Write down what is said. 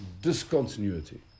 discontinuity